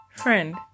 Friend